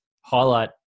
highlight